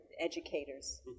educators